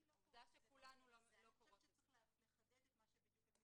אני חושבת שצריך לחדד את זה.